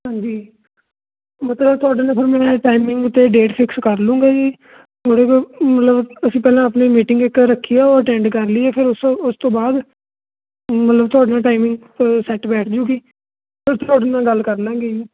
ਹਾਂਜੀ ਮਤਲਬ ਤੁਹਾਡੇ ਨਾਲ ਫਿਰ ਮੈਂ ਟਾਈਮਿੰਗ ਅਤੇ ਡੇਟ ਫਿਕਸ ਕਰ ਲਉਂਗਾ ਜੀ ਉਹਦੇ ਕੋਲ ਮਤਲਬ ਅਸੀਂ ਪਹਿਲਾਂ ਆਪਣੀ ਮੀਟਿੰਗ ਇੱਕ ਰੱਖੀ ਆ ਉਹ ਅਟੈਂਡ ਕਰ ਲਈਏ ਫਿਰ ਉਸ ਉਸ ਤੋਂ ਬਾਅਦ ਮਤਲਬ ਤੁਹਾਡੇ ਨਾਲ ਟਾਈਮਿੰਗ ਅ ਸੈਟ ਬੈਠ ਜੂਗੀ ਫਿਰ ਤੁਹਾਡੇ ਨਾਲ ਗੱਲ ਕਰ ਲਾਂਗੇ ਜੀ